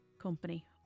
company